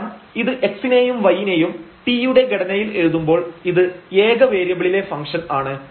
കാരണം ഇത് x നെയും y നെയും t യുടെ ഘടനയിൽ എഴുതുമ്പോൾ ഇത് ഏക വേരിയബിളിലെ ഫംഗ്ഷൻ ആണ്